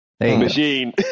machine